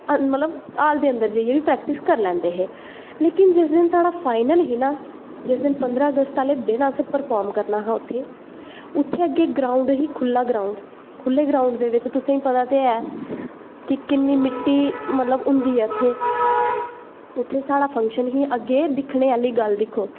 मतलव हाल दे अन्दर प्रैक्टिस करी लैंदे हे लेकिन जिस दिन साढ़ा फाईनल हा ना जिस दिन पंदरा अगस्त आह्ले दिन प्रफाम करना हा असें उत्थें अग्गैं ग्राउंड़ ही खुल्ला ग्राउंड़ खुल्ले ग्राउंड़ दे बिच्च तुसेंगी पता ते है किन्नी मिट्टी मतलव होंदी ऐ उत्थें उत्थें साढ़ा फंक्शन हा अग्गें दिक्खनें आह्ली गल्ल दिक्खो